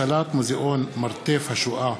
הצלת מוזיאון "מרתף השואה"